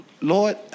Lord